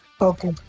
Okay